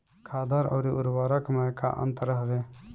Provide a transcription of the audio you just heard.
खादर अवरी उर्वरक मैं का अंतर हवे?